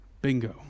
Bingo